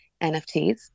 NFTs